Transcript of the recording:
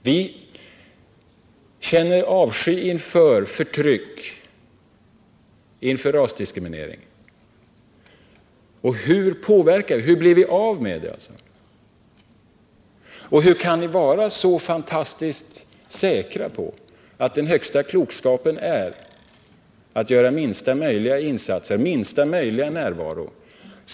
Vi känner avsky inför förtryck, inför rasdiskriminering. Hur blir vi av med detta förtryck? Och hur kan ni vara så fantastiskt säkra på att den högsta klokskapen är minsta möjliga insatser, minsta möjliga närvaro?